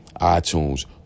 iTunes